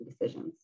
decisions